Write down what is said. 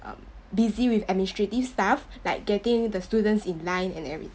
um busy with administrative stuff like getting the students in line and everything